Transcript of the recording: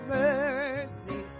mercy